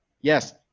Yes